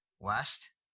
West